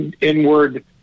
inward